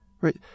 Right